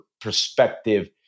perspective